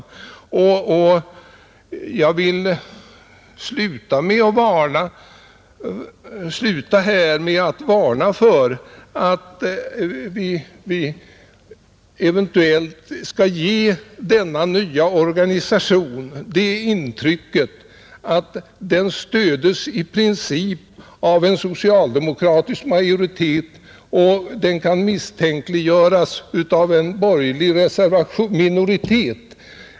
Jag vill sluta mitt anförande med att varna för att ge det intrycket att denna nya organisation i princip stödes av en socialdemokratisk majoritet och att den kan misstänkliggöras av en borgerlig minoritet.